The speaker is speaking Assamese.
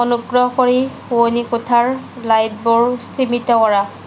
অনুগ্ৰহ কৰি শোৱনি কোঠাৰ লাইটবোৰ স্তিমিত কৰা